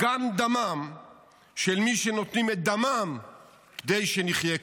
גם דמם של מי שנותנים את דמם כדי שנחיה כאן.